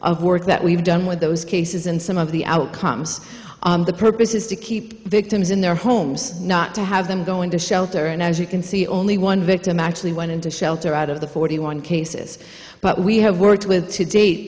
of work that we've done with those cases and some of the outcomes the purpose is to keep victims in their homes not to have them go into shelter and as you can see only one victim actually went into shelter out of the forty one cases but we have worked with to date